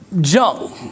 junk